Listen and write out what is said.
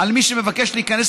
כי אני זוכר.